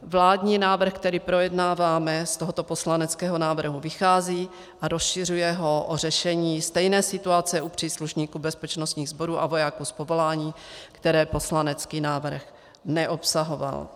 Vládní návrh, který projednáváme, z tohoto poslaneckého návrhu vychází a rozšiřuje ho o řešení stejné situace u příslušníků bezpečnostních sborů a vojáků z povolání, které poslanecký návrh neobsahoval.